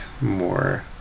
more